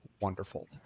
wonderful